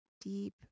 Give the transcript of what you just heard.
Deep